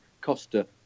Costa